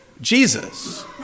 Jesus